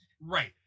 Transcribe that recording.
Right